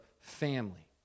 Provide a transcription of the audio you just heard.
family